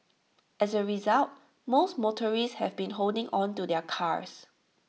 as A result most motorists have been holding on to their cars